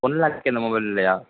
one லேக்ஸுக்கு எந்த மொபைலும் இல்லையா